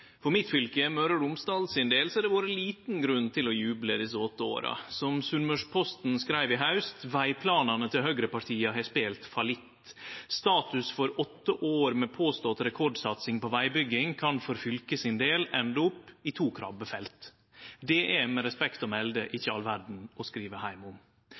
for mitt fylke sin del, Møre og Romsdal, har det vore liten grunn til å juble desse åtte åra. Som Sunnmørsposten skreiv i haust: Vegplanane til høgrepartia har spelt fallitt. Status for åtte år med påstått rekordsatsing på vegbygging kan for fylket sin del ende opp i to krabbefelt. Det er med respekt å melde ikkje all verda å skrive heim om.